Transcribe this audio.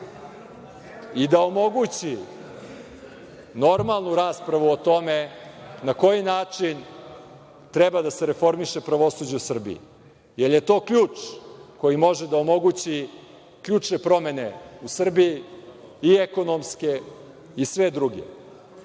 i da omogući normalnu raspravu o tome na koji način treba da se reformiše pravosuđe u Srbiji, jer je to ključ koji može da omogući ključne promene u Srbiji i ekonomske i sve druge.